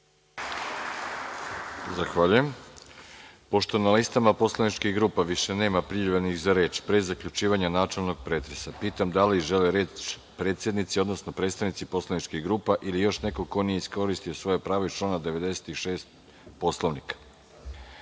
Milićević** Pošto na listama poslaničkih grupa više nema prijavljenih za reč, pre zaključivanja načelnog pretresa, pitam da li žele reč predsednici, odnosno predstavnici poslaničkih grupa, ili još neko ko nije iskoristio svoje pravo iz člana 96. Poslovnika? Reč